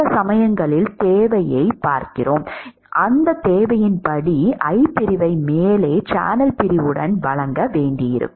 சில சமயங்களில் தேவையைப் பார்க்கிறோம் அந்தத் தேவையின்படி I பிரிவை மேலே சேனல் பிரிவுடன் வழங்க வேண்டியிருக்கும்